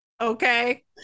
Okay